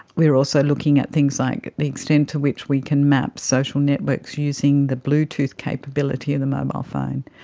we are also looking at things like the extent to which we can map social networks using the bluetooth capability of the mobile phone.